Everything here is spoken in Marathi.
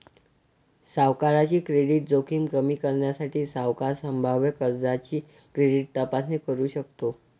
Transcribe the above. सावकाराची क्रेडिट जोखीम कमी करण्यासाठी, सावकार संभाव्य कर्जदाराची क्रेडिट तपासणी करू शकतो